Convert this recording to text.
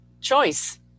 choice